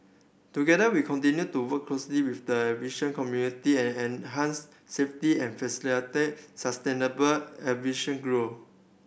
together we continue to work closely with the aviation community and enhance safety and facilitate sustainable aviation grow